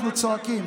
אנחנו צועקים.